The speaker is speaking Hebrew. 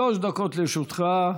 שלוש דקות לרשותך.